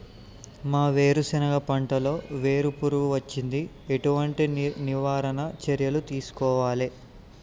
మా వేరుశెనగ పంటలలో వేరు పురుగు వచ్చింది? ఎటువంటి నివారణ చర్యలు తీసుకోవాలే?